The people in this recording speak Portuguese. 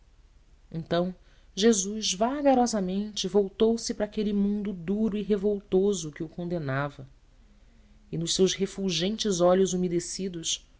então jesus vagarosamente voltou-se para aquele mundo duro e revoltoso que o condenava e nos seus refulgentes olhos umedecidos